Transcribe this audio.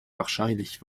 wahrscheinlich